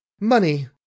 money